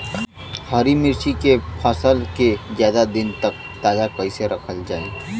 हरि मिर्च के फसल के ज्यादा दिन तक ताजा कइसे रखल जाई?